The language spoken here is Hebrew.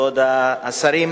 כבוד השרים,